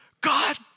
God